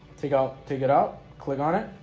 take out take it out. click on it.